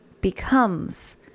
becomes